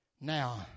Now